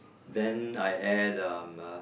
then I add um uh